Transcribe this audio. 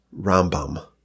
Rambam